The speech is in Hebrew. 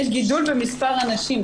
יש גידול במספר הנשים,